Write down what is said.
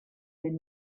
been